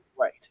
right